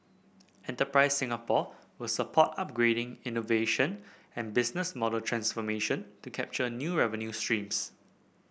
enterprise Singapore will support upgrading innovation and business model transformation to capture new revenue streams